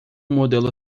modelo